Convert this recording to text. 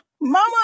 Mama